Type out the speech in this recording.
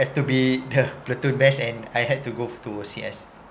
have to be the platoon best and I had to go to O_C_S